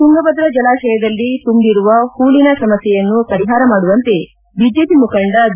ತುಂಗಭದ್ರ ಜಲಾಶಯದಲ್ಲಿ ತುಂಬಿರುವ ಹೂಳಿನ ಸಮಸ್ಥೆಯನ್ನು ಪರಿಹಾರ ಮಾಡುವಂತೆ ಬಿಜೆಪಿ ಮುಖಂಡ ಬಿ